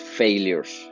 failures